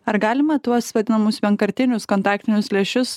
ar galima tuos vadinamus vienkartinius kontaktinius lęšius